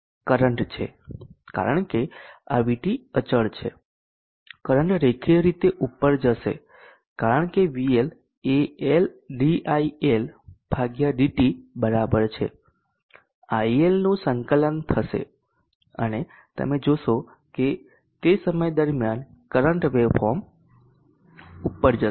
current છે કારણ કે આ VT અચળ છે કરંટ રેખીય રીતે ઉપર જશે કારણ કે VL એ LdIL ભાગ્યા dt બરાબર છે IL નું સંકલન થશે અને તમે જોશો કે તે સમય દરમિયાન કરંટ વેવફોર્મ ઉપર જશે